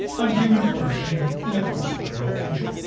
on human flourishing in a post-liberal future.